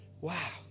Wow